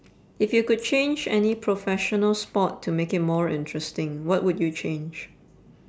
if you could change any professional sport to make it more interesting what would you change